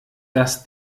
dass